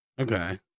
Okay